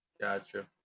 Gotcha